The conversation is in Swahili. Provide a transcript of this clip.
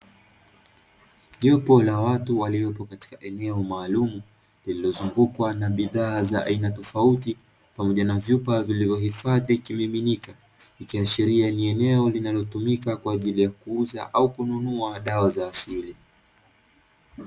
Jopo la watu waliopo katika eneo maalumu, lililozungukwa na bidhaa za aina tofauti pamoja na vyupa vilivyohifadhi kimiminika, ikiashiria ni eneo linalotumika kwa ajili ya kuuza au kununua dawa za asili.